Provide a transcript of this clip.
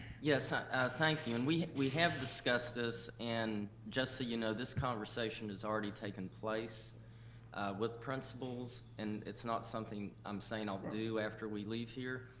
yes ah ah thank you. and we we have discussed this, and just so you know, this conversation is already taken place with principals, and it's not something i'm saying i'll do after we leave here.